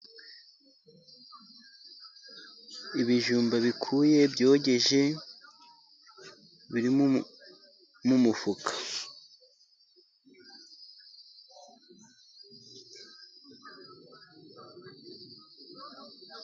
Ibijumba bikuye byogeje biri mu mufuka.